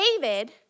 David